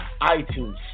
iTunes